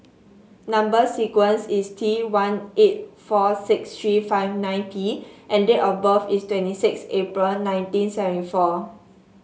number sequence is T one eight four six three five nine P and date of birth is twenty six April nineteen seventy four